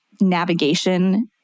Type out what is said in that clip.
navigation